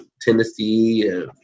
Tennessee